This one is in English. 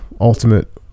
Ultimate